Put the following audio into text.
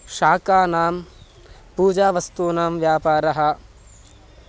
शाकानां पूजावस्तूनां व्यापारः